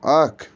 اکھ